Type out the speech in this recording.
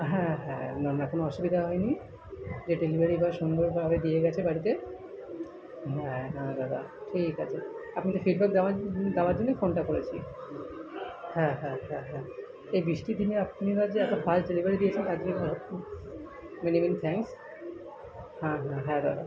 হ্যাঁ হ্যাঁ না না কোনো অসুবিধা হয়নি যে ডেলিভারি বয় সুন্দরভাবে দিয়ে গিয়েছে বাড়িতে হ্যাঁ হ্যাঁ দাদা ঠিক আছে আপনি তো ফিডব্যাক দেওয়ার জন্যই ফোনটা করেছি হ্যাঁ হ্যাঁ হ্যাঁ হ্যাঁ এই বৃষ্টির দিনে আপনারা যে এত ফাস্ট ডেলিভারি দিয়েছেন তার জন্য মেনি মেনি থ্যাঙ্কস হ্যাঁ হ্যাঁ হ্যাঁ দাদা